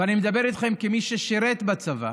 ואני מדבר איתכם כמי ששירת בצבא,